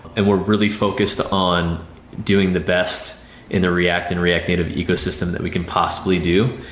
and we're really focused on doing the best in the react and react native ecosystem that we can possibly do,